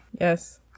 Yes